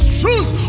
truth